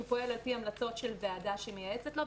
הוא פועל על פי המלצות של ועדה שמייעצת לו.